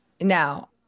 Now